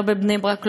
לא בבני-ברק,